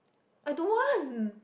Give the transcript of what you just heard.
I don't want